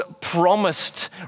promised